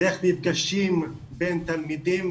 דרך מפגשים בין תלמידים,